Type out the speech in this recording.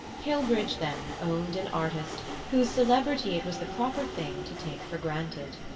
hillbridge, then, owned an artist whose celebrity it was the proper thing to take for granted!